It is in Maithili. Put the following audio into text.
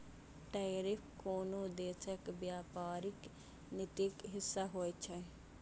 टैरिफ कोनो देशक व्यापारिक नीतिक हिस्सा होइ छै